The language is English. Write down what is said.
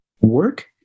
work